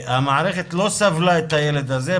המערכת לא סבלה את הילד הזה,